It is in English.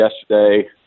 yesterday